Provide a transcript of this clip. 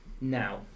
now